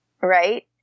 right